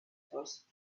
horse